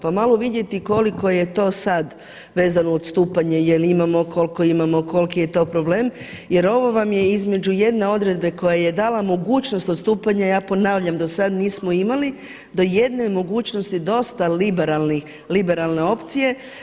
Pa malo vidjeti koliko je to sad vezano odstupanje, jel' imamo, koliko imamo, koliki je to problem jer ovo vam je između jedne odredbe koja je dala mogućnost odstupanja ja ponavljam do sad nismo imali do jedne mogućnosti dosta liberalne opcije.